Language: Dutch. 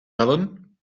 bellen